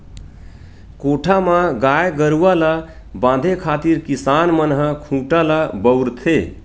कोठा म गाय गरुवा ल बांधे खातिर किसान मन ह खूटा ल बउरथे